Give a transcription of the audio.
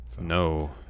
No